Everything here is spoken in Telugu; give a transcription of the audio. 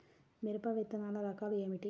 మిరప విత్తనాల రకాలు ఏమిటి?